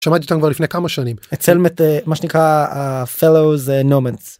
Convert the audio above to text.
שמעתי אתם לפני כמה שנים הצמד מה שנקרא ה-Fellows Nomands